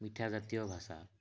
ମିଠା ଜାତୀୟ ଭାଷା